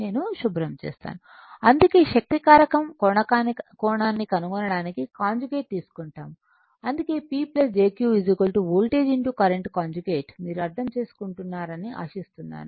నేను శుభ్రం చేస్తానుఅందుకే శక్తి కారకం కోణాన్ని కనుగొనడానికి కాంజుగేట్ తీసుకుంటాము అందుకే P jQ voltage current conjugate మీరు అర్థం చేసుకుంటున్నానని ఆశిస్తున్నాను